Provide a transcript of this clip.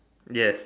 yes